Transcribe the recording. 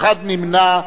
אחד נמנע.